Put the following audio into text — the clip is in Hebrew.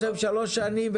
יש להם שלוש שנים,